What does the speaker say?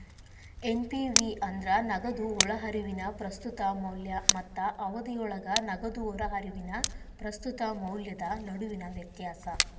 NPV ಅಂದ್ರ ನಗದು ಒಳಹರಿವಿನ ಪ್ರಸ್ತುತ ಮೌಲ್ಯ ಮತ್ತ ಅವಧಿಯೊಳಗ ನಗದು ಹೊರಹರಿವಿನ ಪ್ರಸ್ತುತ ಮೌಲ್ಯದ ನಡುವಿನ ವ್ಯತ್ಯಾಸ